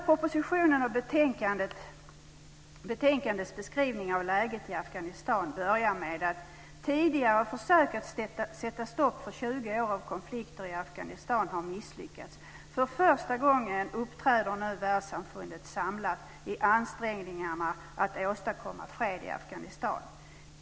Propositionens beskrivning av läget i Afghanistan börjar med: "Tidigare försök att sätta stopp för tjugo år av väpnade konflikter i Afghanistan har misslyckats. För första gången uppträder nu världssamfundet samlat i ansträngningarna att åstadkomma fred i Afghanistan." Detta tas upp också i betänkandet.